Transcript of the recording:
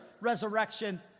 resurrection